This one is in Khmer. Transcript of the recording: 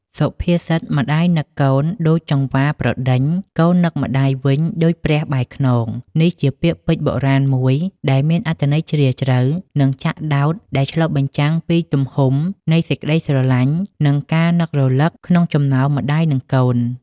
សុភាសិត "ម្ដាយនឹកកូន ដូចចង្វាប្រដេញ កូននឹកម្ដាយវិញដូចព្រះបែរខ្នង" នេះជាពាក្យពេចន៍បុរាណមួយ ដែលមានអត្ថន័យជ្រាលជ្រៅ និងចាក់ដោត ដែលឆ្លុះបញ្ចាំងពីទំហំនៃសេចក្ដីស្រឡាញ់ និងការនឹករលឹកក្នុងចំណោមម្ដាយនិងកូន។